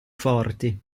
forti